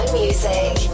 music